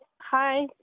Hi